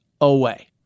away